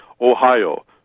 Ohio